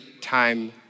time